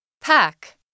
Pack